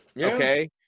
Okay